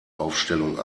aufstellung